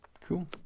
Cool